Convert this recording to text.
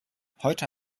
heute